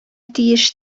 тиеш